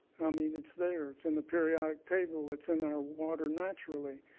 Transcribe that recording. i mean it's there, it's in the periodic table, it's in our water naturally.